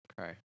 okay